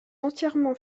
entièrement